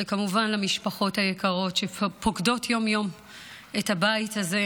וכמובן למשפחות היקרות שפוקדות יום-יום את הבית הזה,